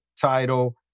title